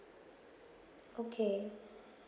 okay